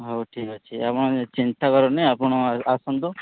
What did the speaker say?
ହଉ ଠିକ୍ ଅଛି ଆପଣ ଚିନ୍ତା କରନ୍ତୁ ନାହିଁ ଆପଣ ଆସନ୍ତୁ